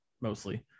mostly